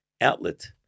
outlet